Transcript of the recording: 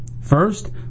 First